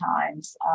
times